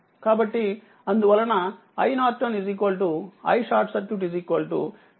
కాబట్టిఅందువలన iN iSC 10 5 3 35 3 ampere